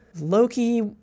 Loki